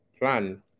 plan